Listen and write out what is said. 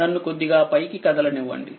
నన్ను కొద్దిగా పైకి కదలనివ్వండి